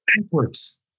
backwards